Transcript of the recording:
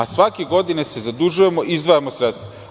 Svake godine se zadužujemo i izdvajamo sredstva.